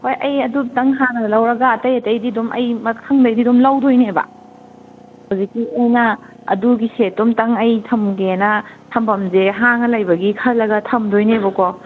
ꯍꯣꯏ ꯑꯩ ꯑꯗꯨꯝꯇꯪ ꯍꯥꯟꯅ ꯂꯧꯔꯒ ꯑꯇꯩ ꯑꯇꯩꯗꯤ ꯑꯗꯨꯝ ꯑꯩ ꯃꯊꯪꯗꯩꯗꯤ ꯑꯗꯨꯝ ꯂꯧꯗꯣꯏꯅꯦꯕ ꯍꯧꯖꯤꯛꯀꯤ ꯑꯩꯅ ꯑꯗꯨꯒꯤ ꯁꯦꯠꯇꯨꯝꯇꯪ ꯑꯩ ꯊꯝꯒꯦꯅ ꯊꯝꯕꯝꯁꯦ ꯍꯥꯡꯉ ꯂꯩꯕꯒꯤ ꯈꯜꯂꯒ ꯊꯝꯗꯣꯏꯅꯦꯕꯀꯣ